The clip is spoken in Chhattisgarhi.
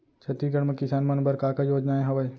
छत्तीसगढ़ म किसान मन बर का का योजनाएं हवय?